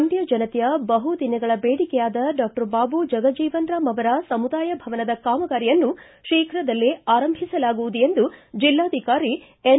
ಮಂಡ್ಡ ಜನತೆಯ ಬಹುದಿನಗಳ ಬೇಡಿಕೆಯಾದ ಡಾಕ್ಷರ್ ಬಾಬು ಜಗಜೀವನರಾಮ್ ಅವರ ಸಮುದಾಯ ಭವನದ ಕಾಮಗಾರಿಯನ್ನು ಶೀಘ್ರದಲ್ಲೇ ಆರಂಭಿಸಲಾಗುವುದು ಎಂದು ಜಿಲ್ಲಾಧಿಕಾರಿ ಎನ್